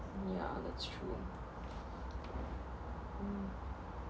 yeah that's true mm